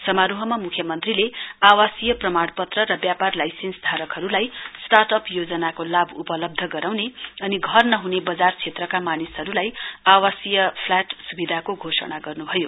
समारोहमा म्ख्य मन्त्री आवासीय प्रमाणपत्र र व्यापार लाइसेन्स धारकहरुलाई स्टार्ट अप योजनाको लाभ उपलब्ध गराउने अनि घर नहने वजार क्षेत्रका मानिसहरुलाई आवाकसीय फल्याट स्विधाको घोषणा गर्न्भयो